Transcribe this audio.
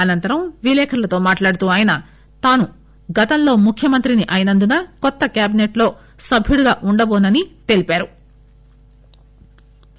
అనంతరం విలేకరులతో మాట్లాడుతూ ఆయన తాను గతంలో ముఖ్యమంత్రిని అయినందున కొత్త క్యాబిసెట్ లో సభ్యుడిగా ఉండబోనని తెలిపారు